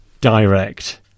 Direct